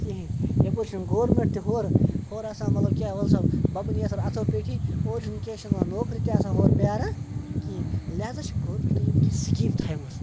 کِہیٖنۍ یَپٲرۍ چھُنہٕ گورمٮ۪نٛٹ تہِ ہورٕ ہورٕ آسان مطلب کیٛاہ وَلہٕ سَا بَبہٕ نیتھر اَتھو پیٹھی اورٕ چھِنہٕ کیٛاہ چھِ اَتھ وَنان نوکری تہِ آسان ہورٕ پیٛاران کِہیٖنۍ لہذا چھِ گورمٮ۪نٛٹہٕ یِم کینٛہہ سِکیٖم تھایمٕژ